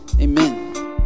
Amen